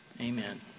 Amen